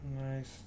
Nice